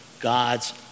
God's